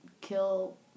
kill